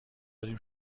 داریم